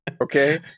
Okay